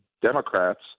Democrats